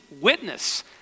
witness